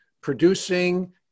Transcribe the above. producing